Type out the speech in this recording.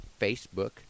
Facebook